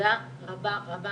תודה רבה רבה,